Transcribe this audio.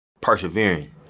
persevering